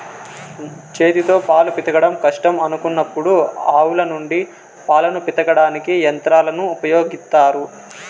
చేతితో పాలు పితకడం కష్టం అనుకున్నప్పుడు ఆవుల నుండి పాలను పితకడానికి యంత్రాలను ఉపయోగిత్తారు